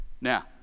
Now